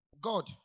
God